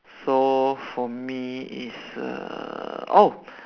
so for me is err oh